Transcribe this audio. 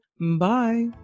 Bye